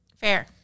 Fair